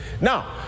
Now